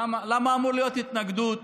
למה אמורה להיות התנגדות